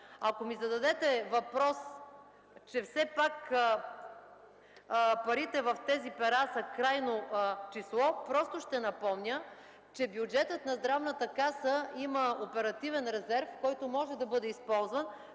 Ако ми зададете въпрос, че все пак парите по тези пера са крайно число, просто ще напомня, че бюджетът на Здравната каса има оперативен резерв, който може да бъде използван,